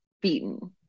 beaten